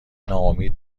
ناامید